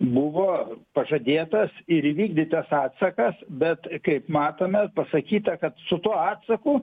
buvo pažadėtas ir įvykdytas atsakas bet kaip matome pasakyta kad su tuo atsaku